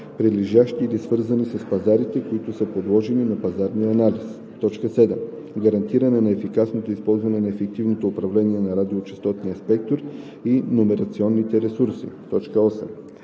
прилежащи или свързани с пазарите, които са подложени на пазарния анализ; 7. гарантиране на ефикасното използване и ефективното управление на радиочестотния спектър и номерационните ресурси; 8.